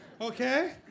okay